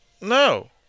no